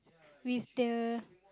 with the